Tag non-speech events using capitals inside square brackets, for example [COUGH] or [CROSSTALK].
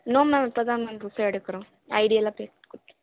no ma'am இப்போ தாங்க ma'am புக்கை எடுக்கிறோம் ஐடியெல்லாம் க்ரியேட் [UNINTELLIGIBLE]